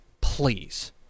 Please